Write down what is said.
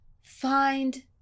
find